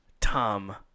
Tom